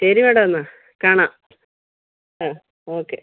ശരി മേഡം എന്നാൽ കാണാം ആ ഓക്കെ